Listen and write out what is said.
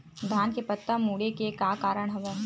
धान के पत्ता मुड़े के का कारण हवय?